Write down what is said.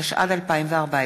התשע"ד 2014,